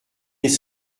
des